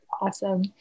Awesome